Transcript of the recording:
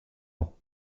ans